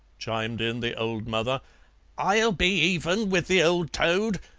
chimed in the old mother i'll be even with the old toad.